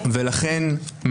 ולכן,